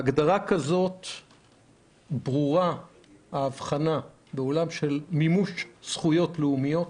בהגדרה כזאת ברורה האבחנה בעולם של מימוש זכויות לאומיות,